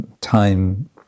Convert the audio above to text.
time